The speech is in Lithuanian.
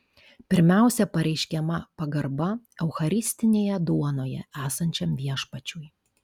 pirmiausia pareiškiama pagarba eucharistinėje duonoje esančiam viešpačiui